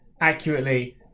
accurately